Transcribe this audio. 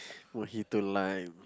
mojito lime